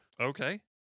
Okay